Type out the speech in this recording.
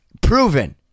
Proven